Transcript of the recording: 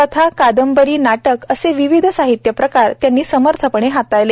कथा कादंबरी नाटक असे विविध साहित्यप्रकार त्यांनी समर्थपणे हाताळले